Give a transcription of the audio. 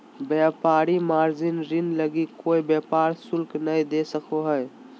व्यापारी मार्जिन ऋण लगी कोय ब्याज शुल्क नय दे सको हइ